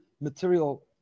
material